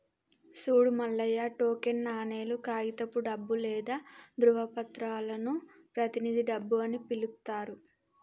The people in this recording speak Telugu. సూడు మల్లయ్య టోకెన్ నాణేలు, కాగితపు డబ్బు లేదా ధ్రువపత్రాలను ప్రతినిధి డబ్బు అని పిలుత్తారు